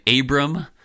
Abram